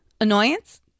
Annoyance